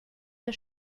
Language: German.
der